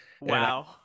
Wow